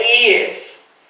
years